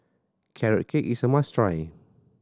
Carrot Cake is a must try